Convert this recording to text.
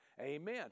Amen